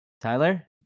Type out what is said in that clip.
tyler